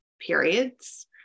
periods